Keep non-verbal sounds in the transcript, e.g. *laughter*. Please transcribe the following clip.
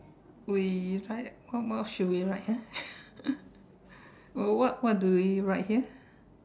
we write what what should we write ah *laughs* uh what what do we write here